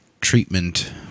treatment